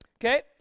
okay